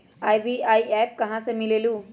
UPI app कहा से मिलेलु?